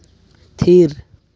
ᱛᱷᱤᱨ